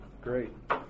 Great